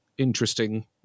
Interesting